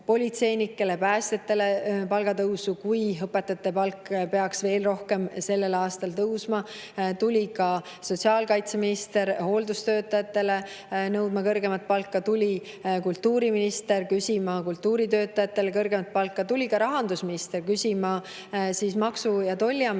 politseinikele ja päästjatele palgatõusu, kui õpetajate palk peaks sellel aastal veel rohkem tõusma. Tuli ka sotsiaalkaitseminister nõudma hooldustöötajatele kõrgemat palka. Tuli kultuuriminister küsima kultuuritöötajatele kõrgemat palka. Tuli ka rahandusminister küsima Maksu- ja Tolliameti